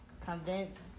convince